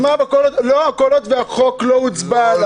כל עוד החוק לא הוצבע.